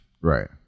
Right